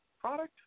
product